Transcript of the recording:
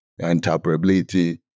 interoperability